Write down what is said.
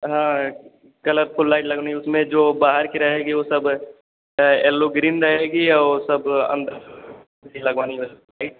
हाँ colourful light लगानी है उसमें जो बाहर की रहेगी वह सब एल्लो ग्रीन रहेगी और सब लगवानी